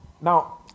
Now